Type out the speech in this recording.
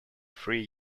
three